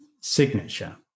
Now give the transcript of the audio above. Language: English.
signature